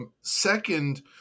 Second